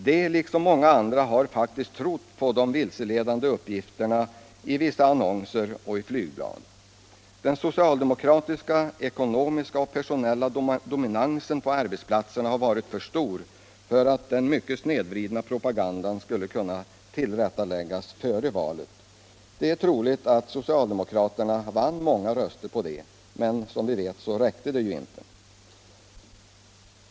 De liksom många andra har faktiskt trott på de vilseledande uppgifterna i vissa annonser och flygblad. Den socialdemokratiska ekonomiska och personella dominansen på arbetsplatserna har varit för stor för att den mycket snedvridna propagandan skulle kunna tillrättaläggas före valet. Det är troligt att socialdemokraterna vann många röster på det. Men som vi vet räckte det inte.